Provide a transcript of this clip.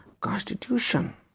Constitution